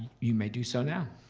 you may do so now.